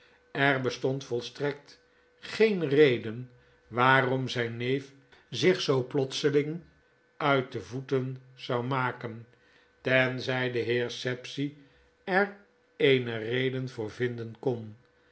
er bestond volstrekt geen reden waarom zgn neef zich zoo plotseling uit de voeten zou jnaken tenzy de heer sapsea er eene reden voor vinden kon